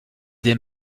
des